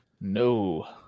No